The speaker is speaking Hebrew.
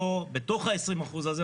בתוך ה-20% הזה,